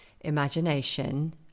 imagination